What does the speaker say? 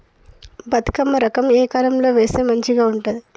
బతుకమ్మ రకం ఏ కాలం లో వేస్తే మంచిగా ఉంటది?